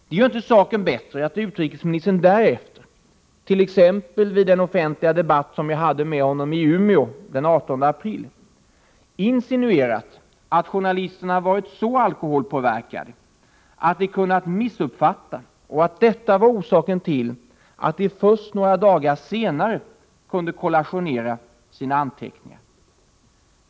Det gör inte saken bättre att utrikesministern därefter, t.ex. vid den offentliga debatt som jag hade med honom i Umeå den 18 april, insinuerat att journalisterna hade varit så alkoholpåverkade att de hade kunnat missuppfatta honom och att detta var orsaken till att de först några dagar senare kunde kollationera sina anteckningar.